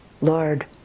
Lord